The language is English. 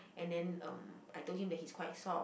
and then um I told him that he's quite soft